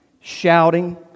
shouting